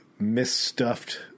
misstuffed